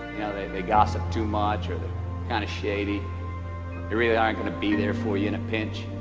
know, they they gossip too much, or they kind of shady really aren't gonna be there for you in a pinch